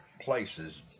places